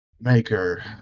Maker